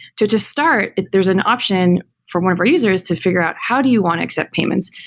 to just start, there's an option from one of our users to figure out how do you want to accept payments?